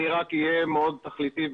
אני אהיה מאוד תכליתי.